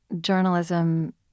journalism